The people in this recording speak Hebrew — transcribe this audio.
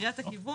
קריאת הכיוון.